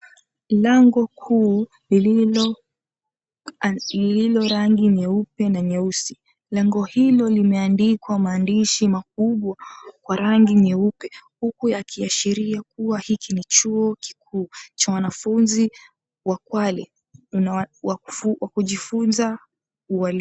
Lango kuu lililo rangi nyeupe na nyeusi. Lango hilo limeandikwa maandishi makubwa kwa rangi nyeupe, huku yakiashiria kuwa hiki ni chuo kikuu cha wanafunzi wa Kwale wa kujifunza ualimu.